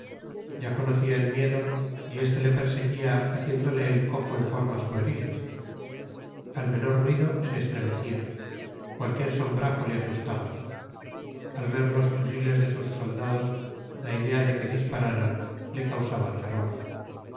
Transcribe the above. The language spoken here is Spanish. ya conocía el miedo y este le perseguía haciéndole el coco en formas pueriles al menor ruido se estremecía cualquier sombrajo le asustaba al ver los fusiles de sus soldados la idea de que dispararan le causaba terror